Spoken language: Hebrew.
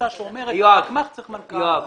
שאומרת שגמ"ח צריך מנכ"ל.